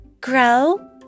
grow